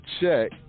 check